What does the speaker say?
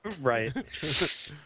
Right